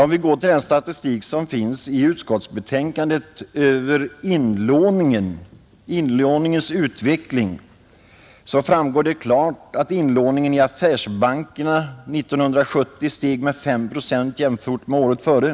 Om vi går till den statistik över inlåningens utveckling som finns i utskottsbetänkandet framgår det klart att inlåningen i affärsbankerna under 1970 steg med 5 procent jämfört med året förut.